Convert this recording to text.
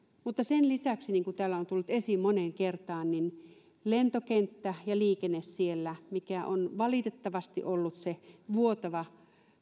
mutta sen lisäksi niin kuin täällä on tullut esiin moneen kertaan lentokenttä ja liikenne siellä mikä on valitettavasti ollut se vuotava